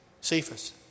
Cephas